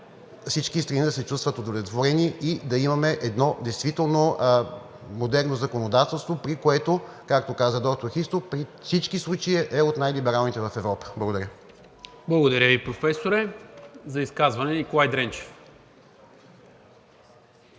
всички страни да се чувстват удовлетворени, и да имаме едно действително модерно законодателство, което, както каза доктор Христов, при всички случаи е от най-либералните в Европа. Благодаря. ПРЕДСЕДАТЕЛ НИКОЛА МИНЧЕВ: Благодаря Ви, Професоре. За изказване – Николай Дренчев.